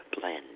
blend